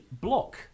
block